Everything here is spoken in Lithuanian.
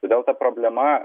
todėl ta problema